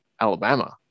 Alabama